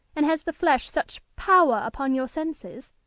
and has the flesh such power upon your senses?